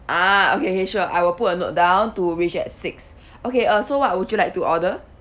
ah okay okay sure I will put a note down to reach at six okay uh so what would you like to order